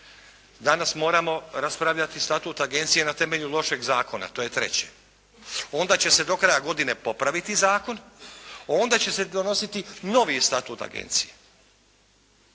Danas moramo raspravljati statut agencije na temelju lošeg zakona, to je treće. Onda će se do kraja godine popraviti zakon, onda će se donositi novi statut agencije.